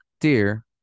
Dear